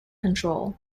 control